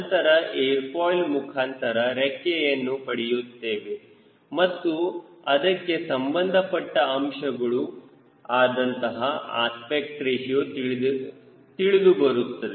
ನಂತರ airfoil ಮುಖಾಂತರ ರೆಕ್ಕೆಯನ್ನು ಪಡೆಯುತ್ತೇವೆ ಮತ್ತು ಅದಕ್ಕೆ ಸಂಬಂಧಪಟ್ಟ ಅಂಶಗಳು ಆದಂತಹ ಅಸ್ಪೆಕ್ಟ್ ರೇಶಿಯೋ ತಿಳಿದುಬರುತ್ತದೆ